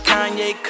Kanye